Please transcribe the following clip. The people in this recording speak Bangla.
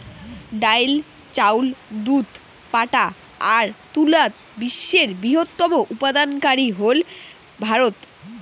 ডাইল, চাউল, দুধ, পাটা আর তুলাত বিশ্বের বৃহত্তম উৎপাদনকারী হইল ভারত